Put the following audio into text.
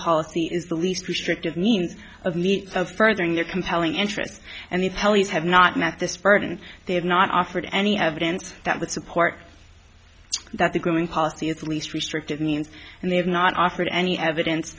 policy is the least restrictive means of needs of furthering their compelling interest and the police have not met this burden they have not offered any evidence that would support that the growing policy at least restrictive means and they have not offered any evidence